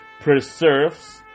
preserves